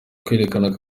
kwerekana